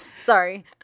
Sorry